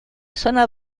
zona